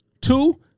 Two